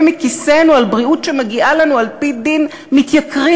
מכיסנו על בריאות שמגיעה לנו על-פי דין מתייקרים.